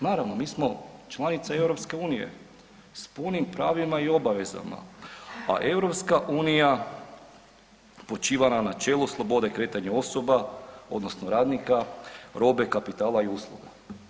Naravno, mi smo članica EU s punim pravima i obavezama, a EU počiva na načelu slobode kretanja osoba odnosno radnika, robe, kapitala i usluga.